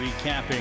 recapping